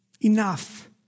enough